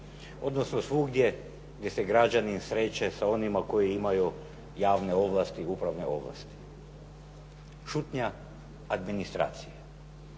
Odnosno svugdje gdje se građanin sreće sa onima koji imaju javne ovlasti upravne ovlasti. Šutnja administracije,